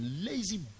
lazy